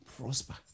prosper